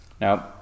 Now